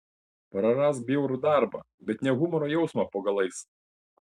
prarask bjaurų darbą bet ne humoro jausmą po galais